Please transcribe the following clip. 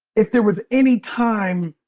if there was any time